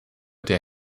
der